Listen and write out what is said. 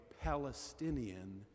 Palestinian